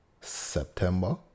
September